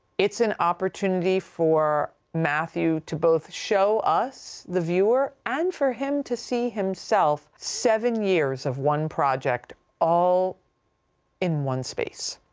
it's an opportunity for matthew to both show us the viewer and for him to see himself seven years of one project all in one space,